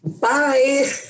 Bye